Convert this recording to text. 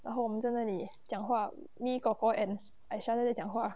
然后我们在那里讲话 me kor kor and aisah 在讲话